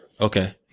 Okay